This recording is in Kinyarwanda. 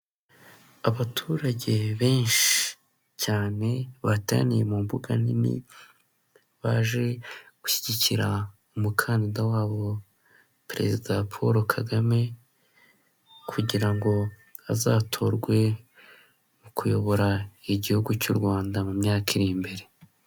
Abaturage benshi cyane bateraniye mu mbuga nini baje gushyigikira umukandida wabo perezida Paul Kagame kugira ngo azatorwe mu kuyobora igihugu cy'u Rwanda mu myaka iri imbere.